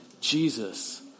Jesus